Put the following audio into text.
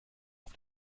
auf